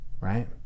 right